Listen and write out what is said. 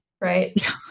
Right